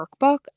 Workbook